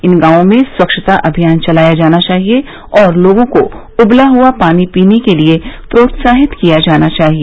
इन गांवों में स्वच्छता अभियान चलाया जाना चाहिए और लोगों को उबला हुआ पानी पीने के लिए प्रोत्साहित किया जाना चाहिए